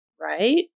Right